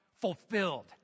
fulfilled